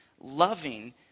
loving